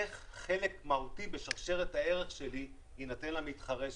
איך חלק מהותי בשרשרת הערך שלי יינתן למתחרה שלי?